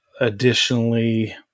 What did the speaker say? additionally